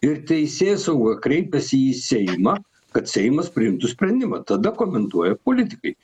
ir teisėsauga kreipėsi į seimą kad seimas priimtų sprendimą tada komentuoja politikai